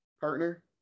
partner